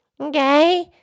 Okay